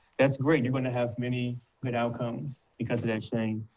that's great. you're going to have many good outcomes because of that, shane.